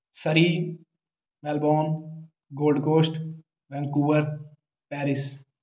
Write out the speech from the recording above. Surrey Melbourne gold coast Vancouver Paris